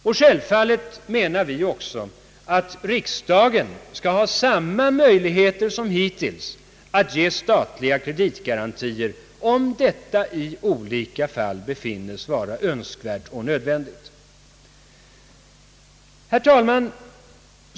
Och självfallet menar vi dessutom att riksdagen skall ha samma möjligheter som hittills att ge statliga kreditgarantier, om detta i olika fall befinnes vara önskvärt och nödvändigt.